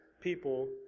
people